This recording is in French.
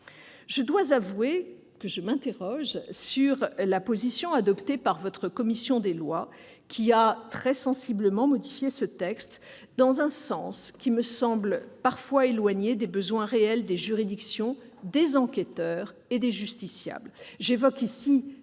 Je dois l'avouer, je m'interroge sur la position adoptée par votre commission des lois, qui a très sensiblement modifié ce texte dans un sens qui me semble parfois éloigné des besoins réels des juridictions, des enquêteurs et des justiciables.